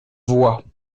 voie